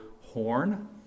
horn